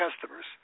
customers